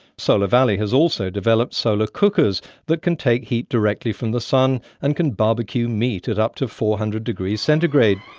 solar valley has also developed solar cookers that can heat directly from the sun and can barbeque meat at up to four hundred degrees centigrade.